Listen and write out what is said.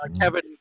kevin